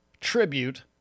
tribute